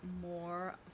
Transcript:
more